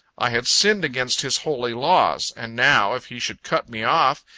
i had sinned against his holy laws and now, if he should cut me off,